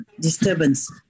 disturbance